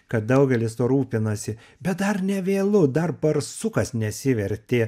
kad daugelis tuo rūpinasi bet dar nevėlu dar barsukas nesivertė